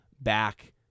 back